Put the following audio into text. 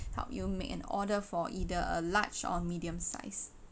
help you make an order for either a large or medium size